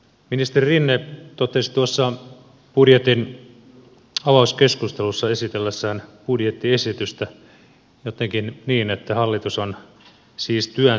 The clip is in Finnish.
ministeri rinne totesi tuossa budjetin avauskeskustelussa esitellessään budjettiesitystä jotenkin niin että hallitus on siis työnsä tehnyt